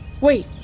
Wait